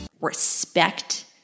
Respect